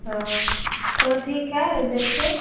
तो तो ठीक है देखिए